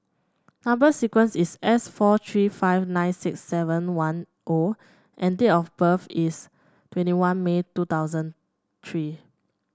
number sequence is S four three five nine six seven one O and date of birth is twenty one May two thousand three